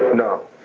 no